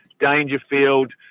Dangerfield